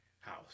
house